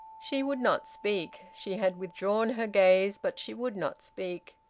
she would not speak. she had withdrawn her gaze, but she would not speak.